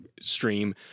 stream